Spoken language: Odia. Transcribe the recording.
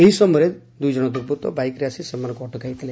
ଏହି ସମୟରେ ଦୁଇ ଜଶ ଦୁର୍ବୂତ୍ତ ବାଇକ୍ରେ ଆସି ସେମାନଙ୍କୁ ଅଟକାଇଥିଲେ